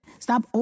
Stop